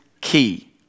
key